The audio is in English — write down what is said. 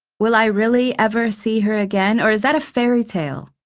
will i really ever see her again, or is that a fairy tale?